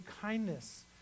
kindness